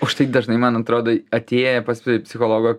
užtai dažnai man atrodo atėję pas psichologo